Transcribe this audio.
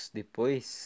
depois